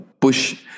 push